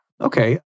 Okay